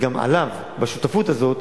וגם עליו בשותפות הזאת,